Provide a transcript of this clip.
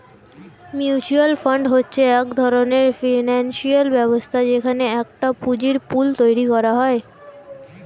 mutual fund হচ্ছে এক ধরণের ফিনান্সিয়াল ব্যবস্থা যেখানে একটা পুঁজির পুল তৈরী করা হয়